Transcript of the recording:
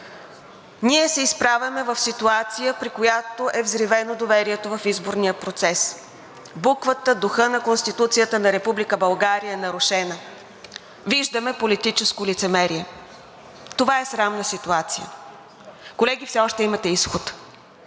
Ние се изправяме в ситуация, при която е взривено доверието в изборния процес. Духът, буквата на Конституцията на Република България е нарушена. Виждаме политическо лицемерие. Това е срамна ситуация. Колеги, все още имате изход.